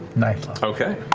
matt okay.